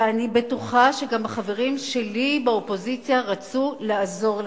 ואני בטוחה שגם החברים שלי באופוזיציה רצו לעזור לך.